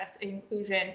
inclusion